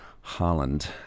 holland